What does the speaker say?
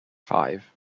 five